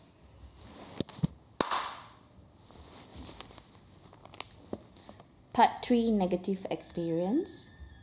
part three negative experience